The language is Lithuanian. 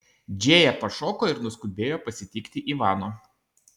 džėja pašoko ir nuskubėjo pasitikti ivano